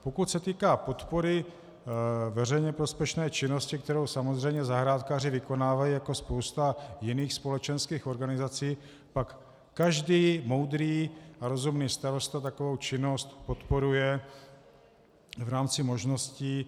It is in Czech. Pokud se týká podpory veřejně prospěšné činnosti, kterou samozřejmě zahrádkáři vykonávají jako spousta jiných společenských organizací, pak každý moudrý, rozumný starosta takovou činnost podporuje v rámci možností.